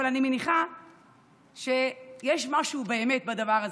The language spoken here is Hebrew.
אבל אני מניחה שיש משהו באמת בדבר הזה.